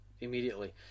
Immediately